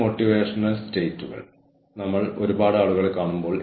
കൂടാതെ സ്ഥിരമായ ഇൻപുട്ട് സ്ഥിരമായ ഫീഡ്ബാക്ക് എന്നിവ ഈ ഓരോ ഘട്ടങ്ങളിലേക്കും കടന്നുപോകുന്നു